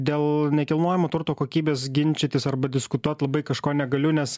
dėl nekilnojamo turto kokybės ginčytis arba diskutuot labai kažko negaliu nes